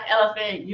Elephant